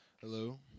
Hello